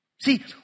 See